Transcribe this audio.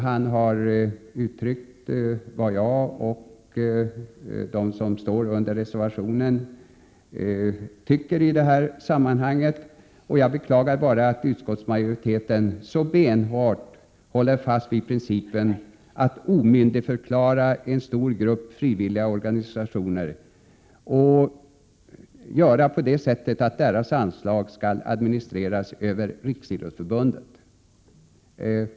Han har uttryckt vad jag och de som står bakom reservation 6 tycker. Jag beklagar att utskottsmajoriteten så benhårt håller fast vid principen att omyndigförklara en stor grupp frivilliga organisationer genom att se till att deras anslag skall administreras över Riksidrottsförbundet.